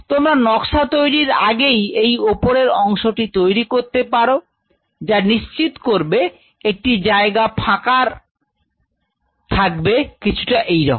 তোমরা নকশা তৈরি করার আগেই এই উপরের অংশটি তৈরি করতে পারো যা নিশ্চিত করবে একটি জায়গা ফাঁকা ফাঁকা থাকবে কিছুটা এই রকম